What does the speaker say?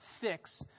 fix